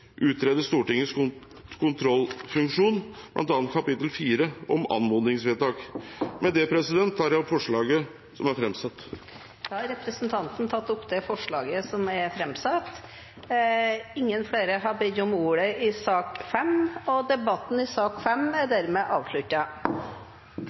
utrede Stortingets kontrollfunksjon, bl.a. kapittel 4, om anmodningsvedtak. Med det tar jeg opp forslaget som er framsatt. Representanten Lars Rem har tatt opp det forslaget han refererte til. Flere har ikke bedt om ordet til sak nr. 5. Etter ønske fra kontroll- og konstitusjonskomiteen vil presidenten ordne debatten